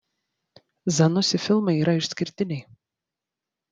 zanussi filmai yra išskirtiniai